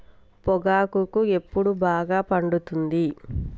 పొగాకు ఎప్పుడు బాగా పండుతుంది?